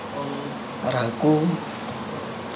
ᱟᱨ ᱦᱟᱹᱠᱩ